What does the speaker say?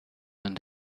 and